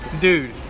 Dude